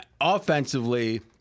Offensively